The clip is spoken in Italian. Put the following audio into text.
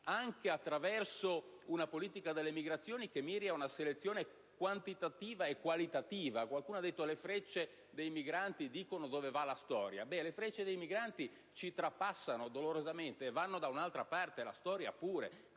anche attraverso una politica delle migrazioni che miri ad una selezione quantitativa e qualitativa. Qualcuno ha detto che le frecce dei migranti dicono dove va la storia: ebbene, le frecce dei migranti ci trapassano dolorosamente e vanno da un'altra parte, e la storia pure.